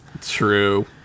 True